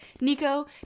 nico